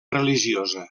religiosa